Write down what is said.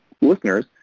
listeners